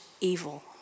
evil